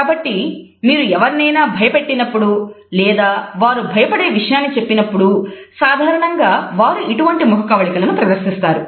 కాబట్టి మీరు ఎవరినైనా భయపెట్టినప్పుడు లేదా వారు భయపడే విషయాన్ని చెప్పినప్పుడు సాధారణంగా వారు ఇటువంటి ముఖకవళికలను ప్రదర్శిస్తారు